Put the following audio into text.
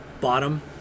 bottom